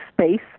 space